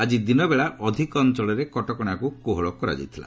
ଆଜି ଦିନବେଳା ଅଧିକ ଅଞ୍ଚଳରେ କଟକଣାକୁ କୋହଳ କରାଯାଇଥିଲା